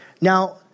Now